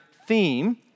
Theme